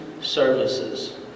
services